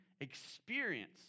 experience